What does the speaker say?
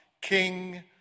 King